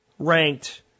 ranked